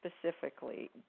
specifically